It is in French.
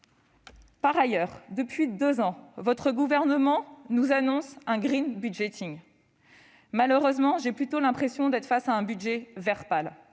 Par ailleurs, depuis deux ans, votre gouvernement nous annonce un. Malheureusement, j'ai plutôt l'impression d'être face à un budget vert